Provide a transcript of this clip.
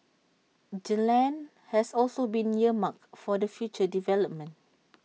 the land has also been earmarked for the future development